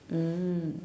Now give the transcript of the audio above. mm